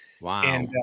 Wow